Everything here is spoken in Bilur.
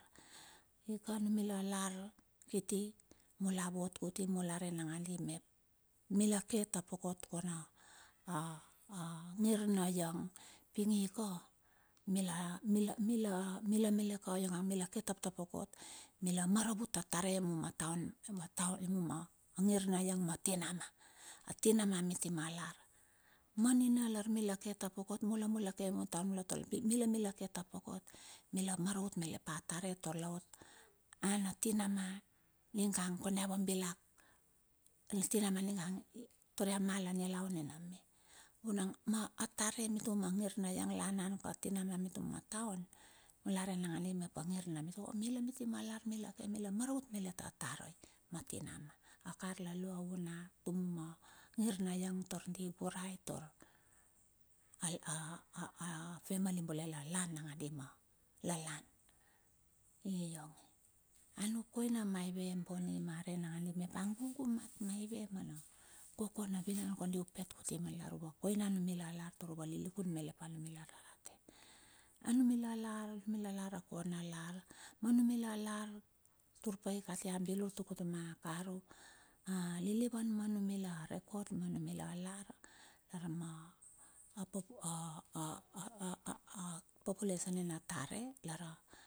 Ika anumi la lar kiti mula vot kuti mula re nangandi mep mila ke tapokot kan a ngir na iang ping ke, mila, mila, mila malet ka ionga mila ke taptapokot, mila maravut atare yoma ma taon ioma ngir na iang ma tinama. Atinama miti malar, manina lar mila ke tapokot mula, mula ke ma taon, mila mila ke tapokot mila maravut malet pa a tare tar laot an atinama ningang kan ia vabilak, na tinama ningang tar ia mal a nilaun nina me, vunang atare mituma ma ngir na lang, la an an ka tinama mitumama taon dala re nakandi, mila miti ma lar mila maravut malet a tare matinama, na kar la lo a hun a utuma mangir na iang tar di ivurai tar, a family bule la lan nakandi ma la lan iionge. A nuk koina maive boni ma rei nangandi ma a gugu mat maive me na kokona vinan kondi upe kuti ilar u va koina ma numila lar tar uvalilikun malet pa anu mila rarate. Anumila lar a kona lar, anumila lar lakona lar tur pai kati bilur tuk utuma karu manumila lar a population nina tare.